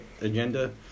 agenda